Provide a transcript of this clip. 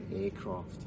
aircraft